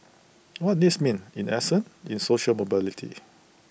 what this means in essence in social mobility